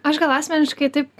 aš gal asmeniškai taip